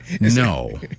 No